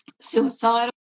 suicidal